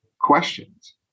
questions